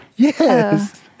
Yes